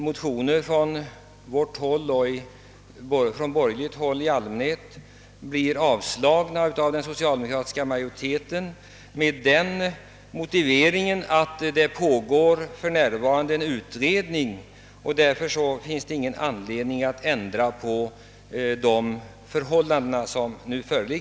Det händer ju ofta att våra och övriga borgerliga motioner avslås av den socialdemokratiska majoriteten med motiveringen, att en utredning arbetar med frågorna och att det därför inte föreligger anledning att ändra på rådande förhållanden.